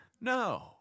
No